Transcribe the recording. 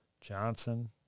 Johnson